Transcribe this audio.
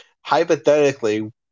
hypothetically